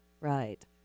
right